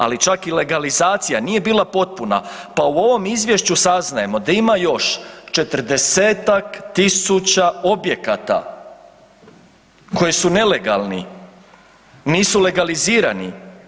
Ali čak i legalizacija nije bila potpuna, pa u ovom izvješću saznajemo da ima još 40-tak tisuća objekata koji su nelegalni, nisu legalizirani.